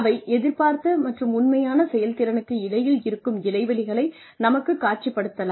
அவை எதிர்பார்த்த மற்றும் உண்மையான செயல்திறனுக்கு இடையில் இருக்கும் இடைவெளிகளை நமக்குக் காட்சிப்படுத்தலாம்